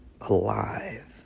Alive